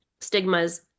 stigmas